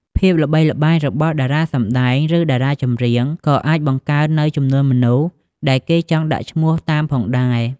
ភាពល្បីល្បាញរបស់តារាសម្ដែង ឬ តារាចម្រៀងក៏អាចបង្កើននូវចំនួនមនុស្សដែលគេចង់់ដាក់ឈ្មោះតាមផងដែរ។